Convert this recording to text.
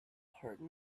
heard